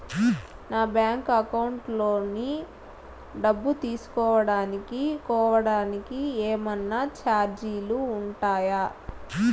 నా bank account లోని డబ్బు తెలుసుకోవడానికి కోవడానికి ఏమన్నా చార్జీలు ఉంటాయా?